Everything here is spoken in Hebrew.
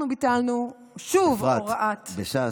אנחנו ביטלנו שוב הוראת שעה, אפרת, בש"ס,